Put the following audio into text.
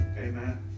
Amen